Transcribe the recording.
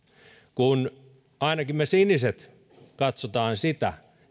kun ainakin me siniset katsomme sitä